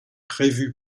prévu